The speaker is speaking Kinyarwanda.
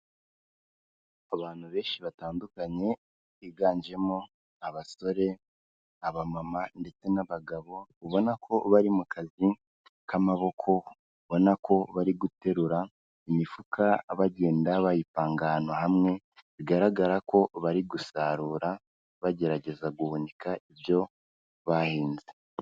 Abantu benshi batandukanye biganjemo abasore aba mama ndetse n'abagabo ubona ko bari mu kazi k'amaboko, ubona ko bari guterura imifuka bagenda bayipanga ahantu hamwe, bigaragara ko bari gusarura bagerageza guhunika ibyo bahinze.